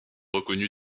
reconnue